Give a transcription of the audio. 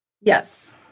Yes